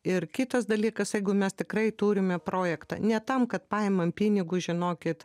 ir kitas dalykas jeigu mes tikrai turime projektą ne tam kad paimam pinigus žinokit